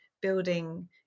building